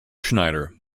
schneider